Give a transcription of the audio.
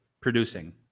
producing